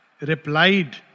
replied